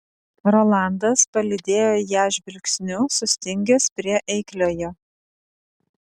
rolandas palydėjo ją žvilgsniu sustingęs prie eikliojo